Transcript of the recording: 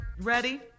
Ready